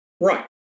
Right